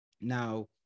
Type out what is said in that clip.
Now